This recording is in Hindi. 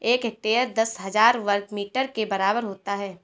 एक हेक्टेयर दस हज़ार वर्ग मीटर के बराबर होता है